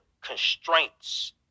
constraints